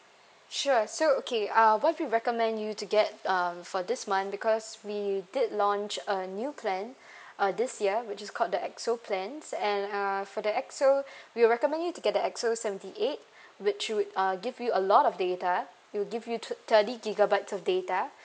sure so okay uh what we recommend you to get uh for this month because we did launch a new plan uh this year which is called the X O plans and uh for the X O we'll recommend you to get the X O seventy eight which would uh give you a lot of data it will give you thir~ thirty gigabytes of data